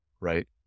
right